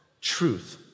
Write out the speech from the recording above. truth